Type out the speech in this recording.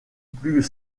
plus